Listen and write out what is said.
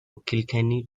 kilkenny